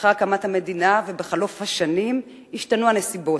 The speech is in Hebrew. לאחר הקמת המדינה ובחלוף השנים השתנו הנסיבות.